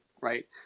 right